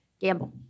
Gamble